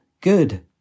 Good